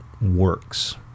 works